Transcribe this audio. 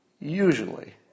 usually